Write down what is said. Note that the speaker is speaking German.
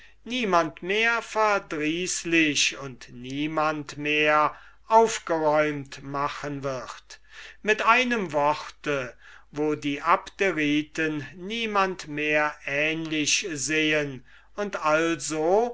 niemand mehr verdrießlich und niemand mehr aufgeräumt machen wird mit einem wort wo die abderiten niemand mehr ähnlich sehen und also